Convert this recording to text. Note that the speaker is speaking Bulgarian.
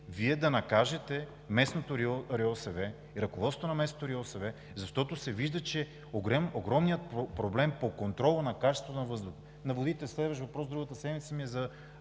Вие да накажете ръководството на местното РИОСВ, защото се вижда, че огромният проблем по контрола на качеството на въздуха, на водите – следващ въпрос, другата седмица ще е,